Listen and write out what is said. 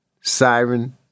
siren